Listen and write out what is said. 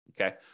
Okay